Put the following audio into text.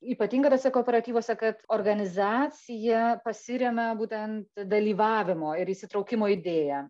ypatinga tuose kooperatyvuose kad organizacija pasiremia būtent dalyvavimo ir įsitraukimo idėja